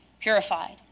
purified